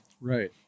Right